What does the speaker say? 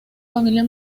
familia